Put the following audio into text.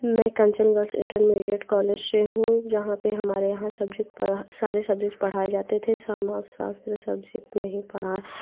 मै Kanchan girls intermediate college से हूँ जहाँ पे हमारे यहाँ सब्जेक्ट पढ़ा सारे सब्जेक्ट पढ़ाए जाते थे समाजशास्त्र सब्जेक्ट नहीं पढ़ा